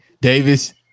Davis